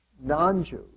non-Jews